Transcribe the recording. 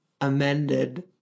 Amended